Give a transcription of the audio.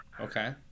Okay